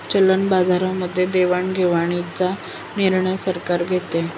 चलन बाजारामध्ये देवाणघेवाणीचा निर्णय सरकार घेते